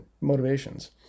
motivations